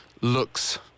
looks